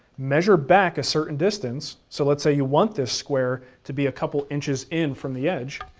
measure back a certain distance. so let's say you want this square to be a couple inches in from the edge,